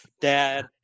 Dad